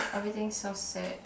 everything so sad